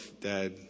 dad